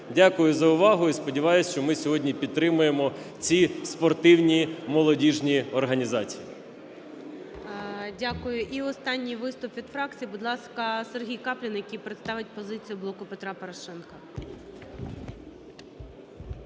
Дякую за увагу і сподіваюсь, що ми сьогодні підтримуємо ці спортивні молодіжні організації. ГОЛОВУЮЧИЙ. Дякую. І останній виступ від фракції. Будь ласка, Сергій Каплін, який представить позицію "Блоку Петра Порошенка".